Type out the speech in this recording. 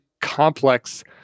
complex